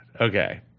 Okay